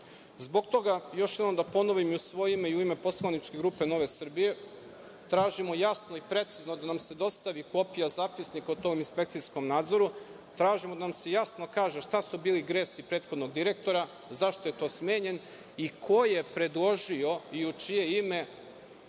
toga, još jednom da ponovim u svoje ime i u ime poslaničke grupe NS, tražimo jasno i precizno da nam se dostavi kopija zapisnika o tom inspekcijskom nadzoru, tražimo da nam se jasno kaže šta su bili gresi prethodnog direktora, zašto je smenjen i ko je predložio i u čije ime